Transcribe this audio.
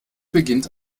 beginnt